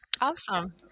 Awesome